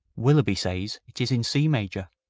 willeby says it is in c major!